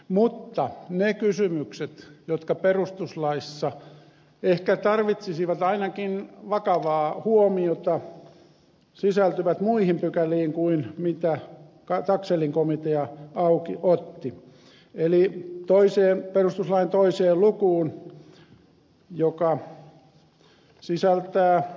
mutta ne kysymykset jotka perustuslaissa ehkä tarvitsisivat ainakin vakavaa huomiota sisältyvät muihin pykäliin kuin taxellin komitea auki otti eli perustuslain toiseen lukuun joka sisältää perusoikeudet